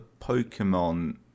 Pokemon